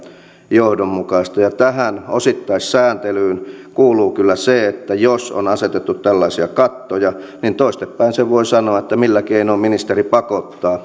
johdonmukaista tähän osittaissääntelyyn kuuluu kyllä se että jos on asetettu tällaisia kattoja niin toistepäin sen voi sanoa että millä keinoin ministeri